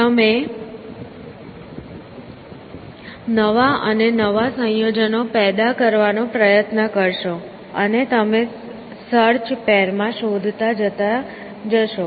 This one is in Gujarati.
તમે નવા અને નવા સંયોજનો પેદા કરવાનો પ્રયત્ન કરશો અને તમે સર્ચ પેરમાં શોધતા જતા જશો